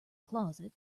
closet